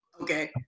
Okay